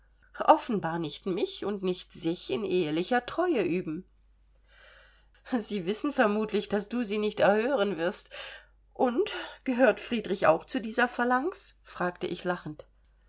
offenbar nicht mich und nicht sich in ehelicher treue üben sie wissen vermutlich daß du sie nicht erhören wirst und gehört friedrich auch zu dieser phalanx fragte ich lachend